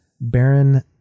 Baron